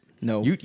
no